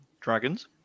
dragons